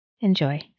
Enjoy